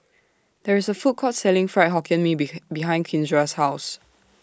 There IS A Food Court Selling Fried Hokkien Mee Be behind Kindra's House